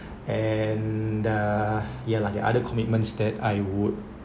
and uh ya lah the other commitments that I would